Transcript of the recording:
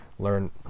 learn